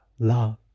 love